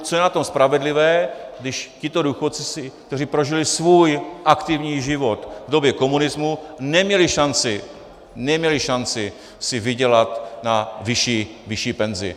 Co je na tom spravedlivé, když tito důchodci, kteří prožili svůj aktivní život v době komunismu, neměli šanci, neměli šanci si vydělat na vyšší penzi?